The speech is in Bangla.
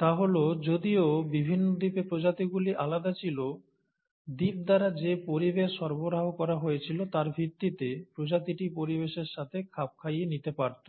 তা হল যদিও বিভিন্ন দ্বীপে প্রজাতিগুলি আলাদা ছিল দ্বীপ দ্বারা যে পরিবেশ সরবরাহ করা হয়েছিল তার ভিত্তিতে প্রজাতিটি পরিবেশের সাথে খাপ খাইয়ে নিতে পারত